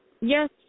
Yes